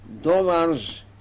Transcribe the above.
dollars